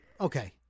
Okay